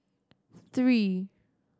three